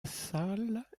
salle